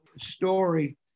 story